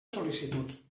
sol·licitud